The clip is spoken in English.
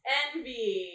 envy